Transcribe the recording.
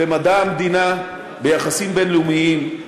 במדע המדינה, ביחסים בין-לאומיים,